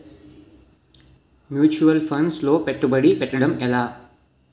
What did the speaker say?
Mutual funds లో పెట్టుబడి పెట్టడం ఎలా?